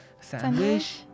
sandwich